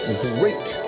great